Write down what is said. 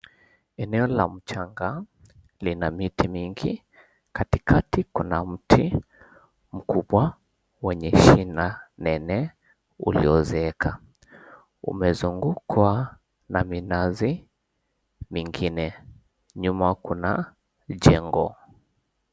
Eneo la mchanga lina miti mingi, katikatikuna mti mkubwa wenye shina nene uliozeeka umezungukwa na minazi mengine, nyuma kuna jengo.